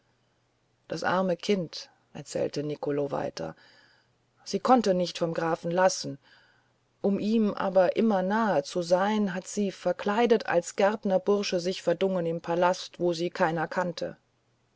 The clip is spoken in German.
das arme kind erzählte nicolo wieder sie konnte nicht vom grafen lassen um ihm nur immer nahe zu sein hat sie verkleidet als gärtnerbursche sich verdungen im palast wo sie keiner kannte